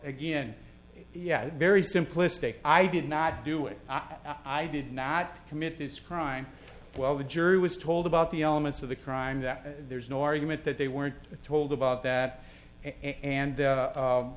again yet very simplistic i did not do it i did not commit this crime while the jury was told about the elements of the crime that there's no argument that they weren't told about that and